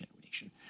generation